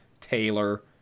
Taylor